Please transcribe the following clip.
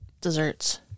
desserts